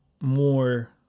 more